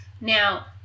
Now